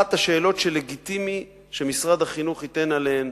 אחת השאלות שלגיטימי שמשרד החינוך ייתן עליהן